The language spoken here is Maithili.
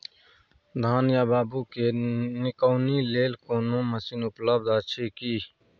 धान या बाबू के निकौनी लेल कोनो मसीन उपलब्ध अछि की?